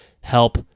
help